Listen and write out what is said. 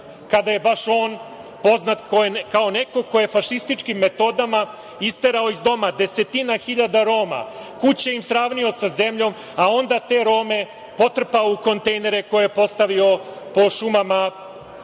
kada je baš on poznat kao neko ko je fašističkim metodama isterao iz doma desetine hiljada Roma, kuće im sravnio sa zemljom, a onda te Rome potrpao u kontejnere koje je postavio po šumama